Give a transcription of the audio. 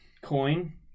coin